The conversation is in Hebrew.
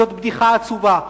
זאת בדיחה עצובה.